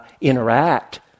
interact